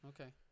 Okay